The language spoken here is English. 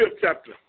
chapter